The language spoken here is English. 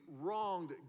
wronged